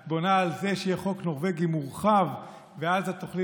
את בונה על זה שיהיה חוק נורבגי מורחב ואז את תוכלי